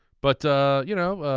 but you know,